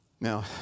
Now